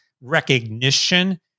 recognition